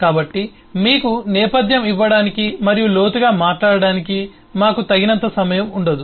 కాబట్టి మీకు నేపథ్యం ఇవ్వడానికి మరియు లోతుగా మాట్లాడటానికి మాకు తగినంత సమయం ఉండదు